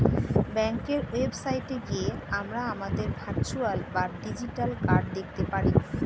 ব্যাঙ্কের ওয়েবসাইটে গিয়ে আমরা আমাদের ভার্চুয়াল বা ডিজিটাল কার্ড দেখতে পারি